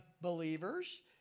believers